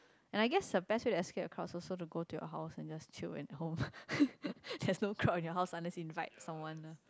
and I guess the best way to escape the crowd also to go your house and just chill at home there's no crowd in your house unless you invite someone ah